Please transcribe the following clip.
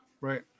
Right